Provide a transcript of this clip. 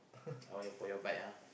uh ya for your bike ah